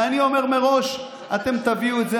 ואני אומר מראש: אתם תביאו את זה.